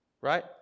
Right